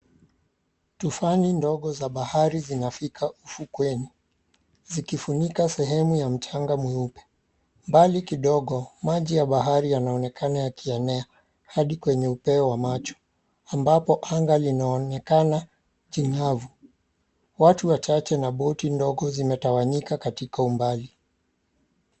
Tufani ndogo za bahari zinafika ufukweni, zikifunika sehemu ya mchanga mweupe. Mbali kidogo maji ya bahari yanaonekana yakienea hadi kwenye upeo wa macho, ambapo anga linaonekana chingavu. Watu wachache na boti ndogo zimetawanyika katika umbali.